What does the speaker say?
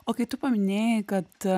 o kai tu paminėjai kad